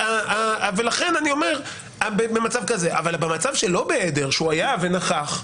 אבל במצב שהוא היה ונכח,